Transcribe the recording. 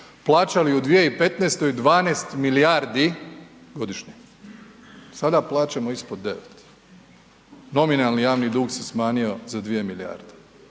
plaćali u 2015. 12 milijardi godišnje. Sada plaćamo ispod 9. Nominalni javni dug se smanjio za 2 milijarde.